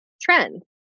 trends